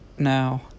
Now